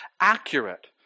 accurate